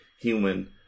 human